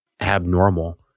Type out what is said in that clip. abnormal